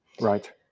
Right